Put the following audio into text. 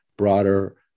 broader